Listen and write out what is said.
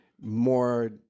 more